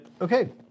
Okay